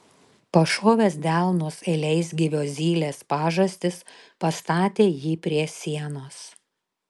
pašovęs delnus į leisgyvio zylės pažastis pastatė jį prie sienos